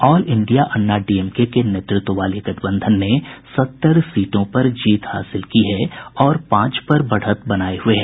all India Anna DMK के नेतृत्व वाले गठबंधन ने सत्तर सीटों पर जीत हासिल की है और पांच पर बढ़त बनाये हुये है